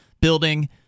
building